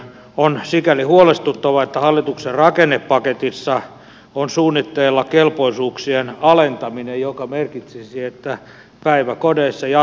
on sikäli huolestuttavaa että hallituksen rakennepaketissa on suunnitteilla kelpoisuuksien alentaminen joka merkitsisi että jatkossa päiväkodeissa ja